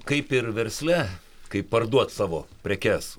kaip ir versle kaip parduot savo prekes